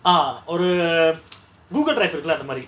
ah ஒரு:oru google drive இருக்குல அந்தமாரி:irukula anthamari